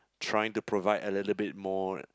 trying to provide a little bit more